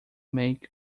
make